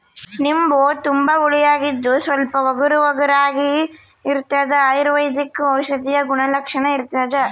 ನಿಂಬು ತುಂಬಾ ಹುಳಿಯಾಗಿದ್ದು ಸ್ವಲ್ಪ ಒಗರುಒಗರಾಗಿರಾಗಿರ್ತದ ಅಯುರ್ವೈದಿಕ ಔಷಧೀಯ ಗುಣಲಕ್ಷಣ ಇರ್ತಾದ